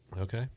Okay